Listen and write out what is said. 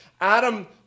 Adam